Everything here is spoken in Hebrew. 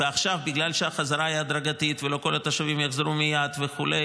ועכשיו בגלל שהחזרה היא הדרגתית ולא כל התושבים יחזרו מיד וכו',